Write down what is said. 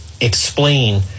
explain